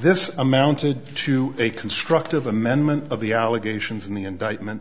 this amounted to a constructive amendment of the allegations in the indictment